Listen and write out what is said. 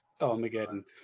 armageddon